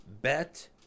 Bet